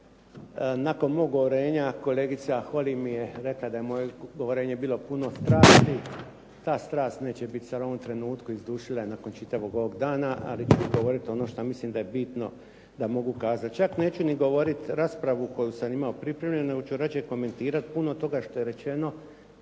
Nakon mog govorenja kolegica Holy mi je rekla da je moje uvjerenje bilo puno strasti, ta strast neće biti sada u ovom trenutku izdušila je nakon ovog čitavog dana, ali ću govoriti ono što mislim da je bitno da mogu kazati. Čak neću ni govoriti raspravu koju sam imao pripremljenu, nego ću radije komentirati puno toga što je rečeno